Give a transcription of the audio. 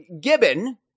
Gibbon